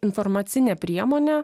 informacinė priemonė